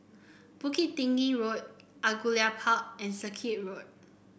Bukit Tinggi Road Angullia Park and Circuit Road